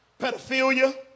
pedophilia